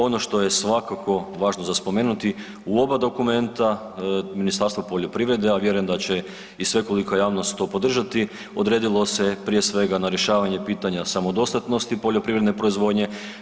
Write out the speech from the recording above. Ono što je svakako važno za spomenuti, u oba dokumenta Ministarstvo poljoprivrede, ja vjerujem da će i svekolika javnost to podržati, odredilo se je prije svega na rješavanje pitanja samodostatnosti poljoprivredne proizvodnje.